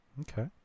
Okay